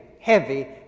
heavy